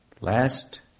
Last